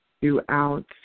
throughout